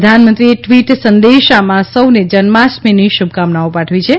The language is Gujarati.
પ્રધાનમંત્રી એ ટવીટ સંદેશામાં સૌને જન્માષ્ટમીની શુભકામનાઓ પાઠવી છે